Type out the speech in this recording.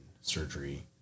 surgery